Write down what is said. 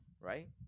right